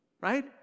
right